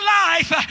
life